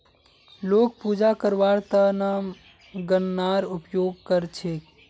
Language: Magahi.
लोग पूजा करवार त न गननार उपयोग कर छेक